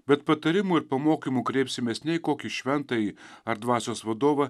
bet patarimų ir pamokymų kreipsimės nei kokį šventąjį ar dvasios vadovą